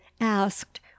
asked